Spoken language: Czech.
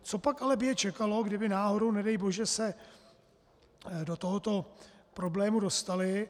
Copak ale by je čekalo, kdyby náhodou, nedej bože, se do tohoto problému dostaly?